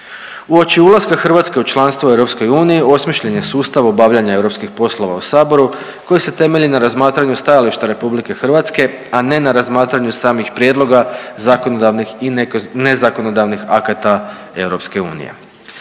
Uoči ulaska Hrvatske u članstvo u EU osmišljen je sustav obavljanja europskih poslova u Saboru koji se temelji na razmatranju stajališta Republike Hrvatske, a ne na razmatranju samih prijedloga zakonodavnih i nezakonodavnih akata EU.